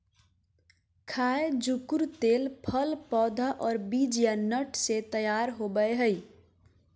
खाय जुकुर तेल फल पौधा और बीज या नट से तैयार होबय हइ